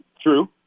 True